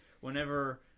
whenever